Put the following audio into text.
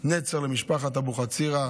נצר למשפחת אבו חצירא.